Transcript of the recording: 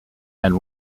and